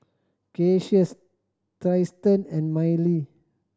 Cassius Tristen and Mylie